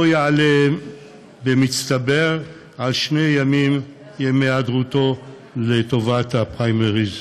לא יעלו במצטבר על שני ימי היעדרותו מעבודה לטובת הפריימריז.